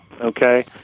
okay